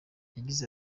yagize